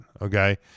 okay